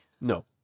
No